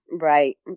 right